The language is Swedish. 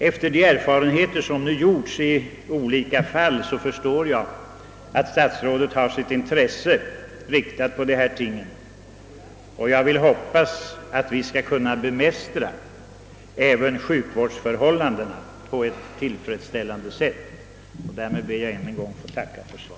Efter de erfarenheter som gjorts i olika fall förstår jag att statsrådet har sitt intresse riktat på dessa ting, och jag vill hoppas att vi skall kunna bemästra även sjukvårdsförhållandena på ett tillfredsställande sätt. Därmed ber jag ännu en gång att få tacka för svaret.